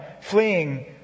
fleeing